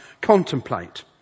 Contemplate